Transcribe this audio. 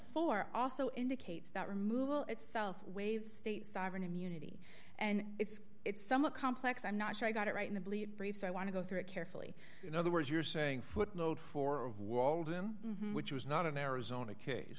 four also indicates that removal itself waives state sovereign immunity and it's it's somewhat complex i'm not sure i got it right in the bleep brief so i want to go through it carefully in other words you're saying footnote four of walden which was not an arizona case